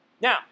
Now